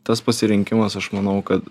tas pasirinkimas aš manau kad